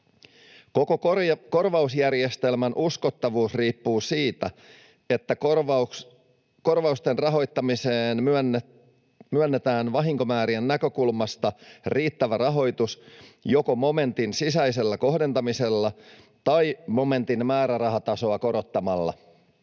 Koko korvausjärjestelmän uskottavuus riippuu siitä, että korvausten rahoittamiseen myönnetään vahinkomäärien näkökulmasta riittävä rahoitus joko momentin sisäisellä kohdentamisella tai momentin määrärahatasoa korottamalla.